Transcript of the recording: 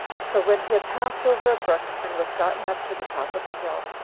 so when he had passed over a brook, and was gotten up to the top of a hill,